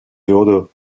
würde